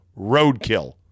roadkill